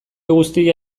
guztia